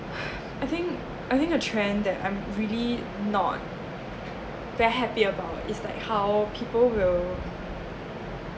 (oob) I think a trend that I'm really not we're happy about is like how people will